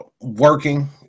working